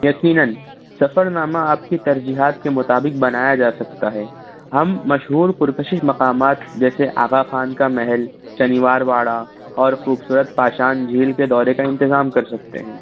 یقیناً سفر نامہ آپ كی ترجیحات کے مطابق بنایا جاسكتا ہے ہم مشہور پُر كشش مقامات جیسے آغا خان کا محل شنیوار واڑہ اور خوبصورت کاشان جھیل کے دورے کا انتظام کرسکتے ہیں